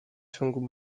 ciągu